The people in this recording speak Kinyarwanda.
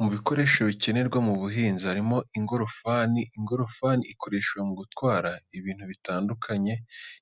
Mu bikoresho bikenerwa mu buhinzi harimo n'ingorofani. Ingorofani ikoreshwa mu gutwara ibintu bitandukanye